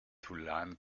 tulane